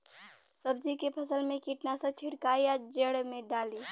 सब्जी के फसल मे कीटनाशक छिड़काई या जड़ मे डाली?